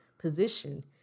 position